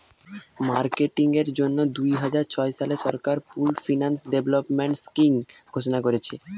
marketing এর জন্যে দুইহাজার ছয় সালে সরকার পুল্ড ফিন্যান্স ডেভেলপমেন্ট স্কিং ঘোষণা কোরেছে